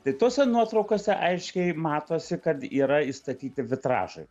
tai tose nuotraukose aiškiai matosi kad yra įstatyti vitražai